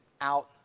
out